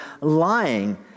lying